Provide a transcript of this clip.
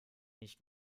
nicht